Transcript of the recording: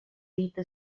dita